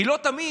כי לא תמיד